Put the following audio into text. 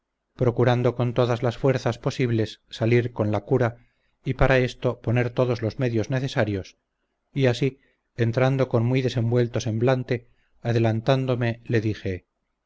procurando con todas las fuerzas posibles salir con la cura y para esto poner todos los medios necesarios y así entrando con muy desenvuelto semblante adelantándome le dije